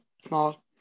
small